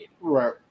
Right